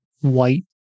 white